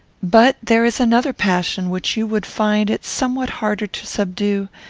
but there is another passion which you would find it somewhat harder to subdue,